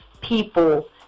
people